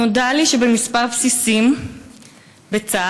נודע לי שבכמה בסיסים בצה"ל,